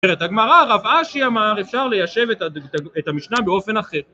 הגמרא רב אשי אמר אפשר ליישב את המשנה באופן אחר